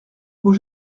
beau